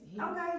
Okay